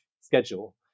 schedule